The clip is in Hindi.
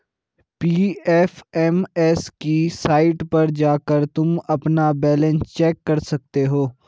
पी.एफ.एम.एस की साईट पर जाकर तुम अपना बैलन्स चेक कर सकते हो